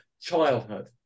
childhood